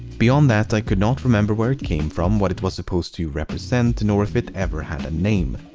beyond that, i could not remember where it came from, what it was supposed to represent, nor if it ever had a name.